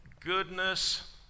Goodness